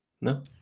no